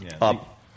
up